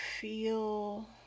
feel